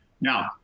Now